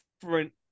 different